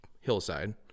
hillside